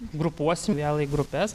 grupuosim vėl į grupes